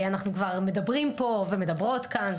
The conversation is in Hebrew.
אנחנו מדברים ומדברות כאן,